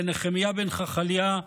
לנחמיה בן חכליה,